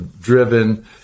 driven